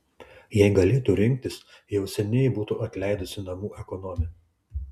jei galėtų rinktis jau seniai būtų atleidusi namų ekonomę